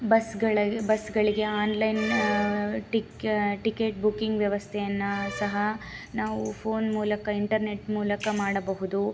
ಬಸ್ಗಳ ಬಸ್ಗಳಿಗೆ ಆನ್ಲೈನ್ ಟಿಕ್ ಟಿಕೆಟ್ ಬುಕಿಂಗ್ ವ್ಯವಸ್ಥೆಯನ್ನು ಸಹ ನಾವು ಫೋನ್ ಮೂಲಕ ಇಂಟರ್ನೆಟ್ ಮೂಲಕ ಮಾಡಬಹುದು